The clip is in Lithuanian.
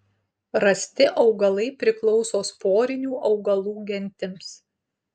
rasti augalai priklauso sporinių augalų gentims